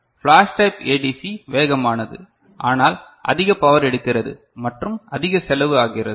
flash type ADC வேகமானது ஆனால் அதிக பவர் எடுக்கிறது மற்றும் அதிக செலவு ஆகிறது